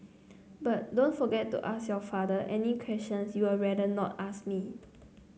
but don't forget to ask your father any questions you are rather not ask me